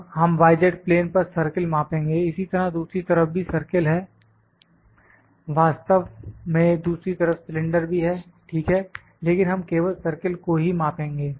अब हम y z plane पर सर्किल मापेंगे इसी तरह दूसरी तरफ भी सर्किल हैं वास्तव में दूसरी तरफ सिलेंडर भी है ठीक है लेकिन हम केवल सर्किल को ही मापेंगे